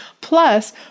Plus